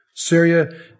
Syria